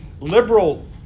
liberal